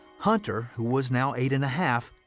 hunter, who was now eight and a half,